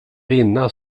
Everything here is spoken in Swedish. vinna